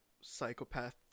psychopath